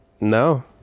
No